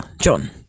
John